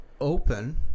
open